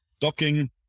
Docking